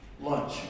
Lunch